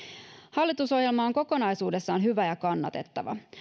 hallitusohjelma on kokonaisuudessaan hyvä ja kannatettava